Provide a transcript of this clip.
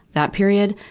that period,